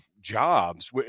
jobs